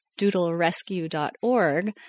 doodlerescue.org